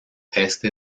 este